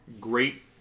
great